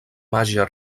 màgia